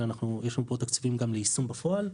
אלא יש לנו פה תקציבים גם ליישום בפועל.